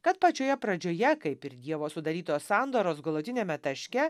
kad pačioje pradžioje kaip ir dievo sudarytos sandoros galutiniame taške